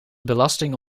belasting